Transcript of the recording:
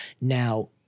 Now